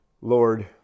Lord